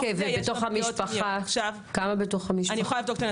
כמה בתוך המשפחה?